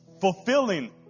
fulfilling